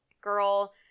girl